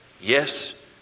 yes